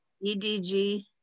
E-D-G